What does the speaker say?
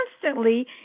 constantly